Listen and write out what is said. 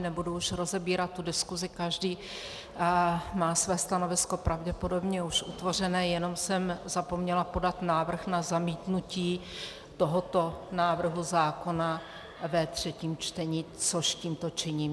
Nebudu už rozebírat tu diskusi, každý má své stanovisko pravděpodobně už utvořené, jenom jsem zapomněla podat návrh na zamítnutí tohoto návrhu zákona ve třetím čtení, což tímto činím.